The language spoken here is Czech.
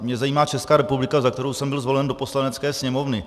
Mě zajímá Česká republika, za kterou jsem byl zvolen do Poslanecké sněmovny.